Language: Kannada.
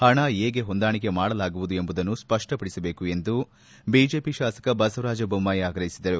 ಹಣ ಹೇಗೆ ಹೊಂದಾಣಿಕೆ ಮಾಡಲಾಗುವುದು ಎಂಬುದನ್ನು ಸ್ಪಷ್ಟಪಡಿಸಬೇಕು ಎಂದು ಬಿಜೆಪಿ ಶಾಸಕ ಬಸವರಾಜ ಬೊಮ್ಗಾಯಿ ಆಗ್ರಹಿಸಿದರು